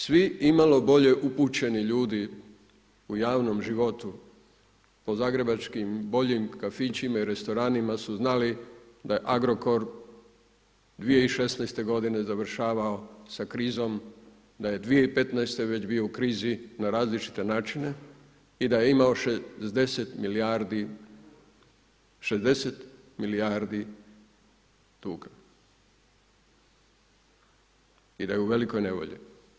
Svi imalo bolje upućeni ljudi u javnom životu po zagrebačkim boljim kafićima i restoranima su znali da je Agrokor 2016. godine završavao sa krizom, da je 2015. već bio u krizi na različite načine i da je imao 60 milijardi duga i da je u velikoj nevolji.